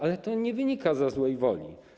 Ale to nie wynika ze złej woli.